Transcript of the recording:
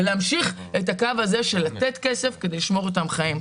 ולהמשיך את הקו הזה לתת כסף כדי לשמור אותם חיים.